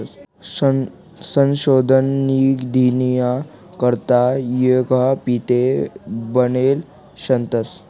संशोधन निधीना करता यीद्यापीठे बनेल शेतंस